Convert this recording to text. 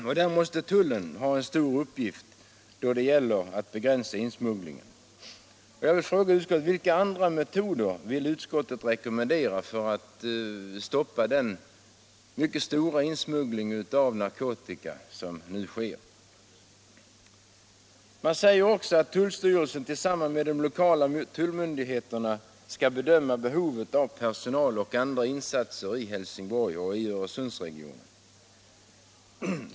Tullen måste ha en stor uppgift då det gäller att begränsa den här smugglingen. Vilka andra metoder vill utskottet rekommendera för att stoppa den mycket stora insmuggling av narkotika som nu sker? Man säger också att tullstyrelsen tillsammans med de lokala tullmyndigheterna skall bedöma behovet av personalinsatser och andra insatser i Helsingborg och Öresundsregionen.